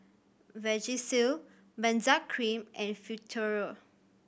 Vagisil Benzac Cream and Futuro